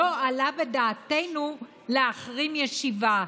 לא עלה על דעתנו להחרים ישיבה,